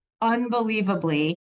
unbelievably